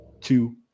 two